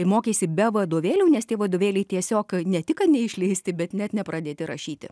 mokeisi be vadovėlių nes tie vadovėliai tiesiog ne tik kad neišleisti bet net nepradėti rašyti